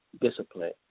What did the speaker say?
discipline